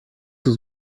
was